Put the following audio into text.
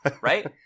right